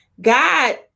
God